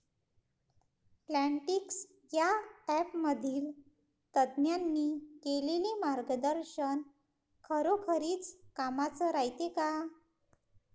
Plantix या ॲपमधील तज्ज्ञांनी केलेली मार्गदर्शन खरोखरीच कामाचं रायते का?